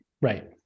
Right